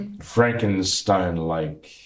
Frankenstein-like